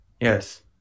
Yes